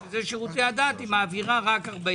רק 40%.